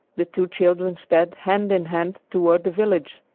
the two children sped, hand in hand, toward the village.